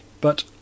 but